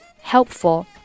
helpful